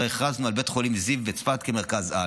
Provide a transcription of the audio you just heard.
הרי הכרזנו על בית חולים זיו בצפת כמרכז-על.